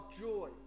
joy